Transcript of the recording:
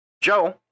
Joe